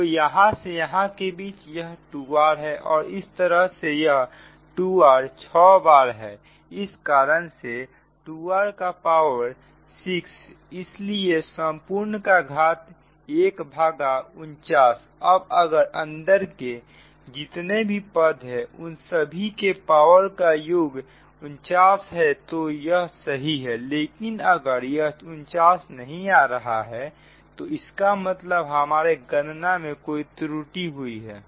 तो यहां से यहां के बीच यह 2r है और इस तरह से यह 2r 6 बार है इस कारण से 2r का पावर 6 इसलिए संपूर्ण का घात 149 अब अगर अंदर के जितने भी पद हैं उन सभी के पावर का योग 49 है तो यह सही है लेकिन अगर यह 49 नहीं आ रहा होता तो इसका मतलब हमारे गणना में कोई त्रुटि हुई है